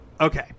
Okay